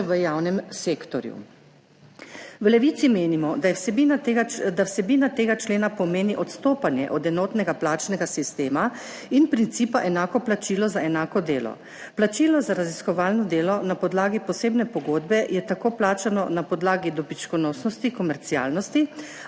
v javnem sektorju. V Levici menimo, da vsebina tega člena pomeni odstopanje od enotnega plačnega sistema in principa enako plačilo za enako delo. Plačilo za raziskovalno delo na podlagi posebne pogodbe je tako plačano na podlagi dobičkonosnosti, komercialnosti